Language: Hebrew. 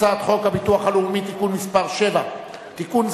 הצעת חוק הביטוח הלאומי (תיקון מס' 7) (תיקון,